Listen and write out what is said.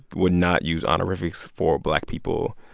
would not use honorifics for black people.